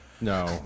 No